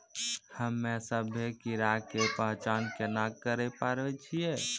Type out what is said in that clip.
हम्मे सभ्भे कीड़ा के पहचान केना करे पाड़ै छियै?